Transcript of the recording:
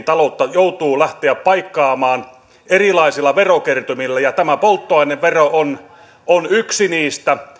taloutta joutuu paikkaamaan erilaisilla verokertymillä ja tämä polttoainevero on on yksi niistä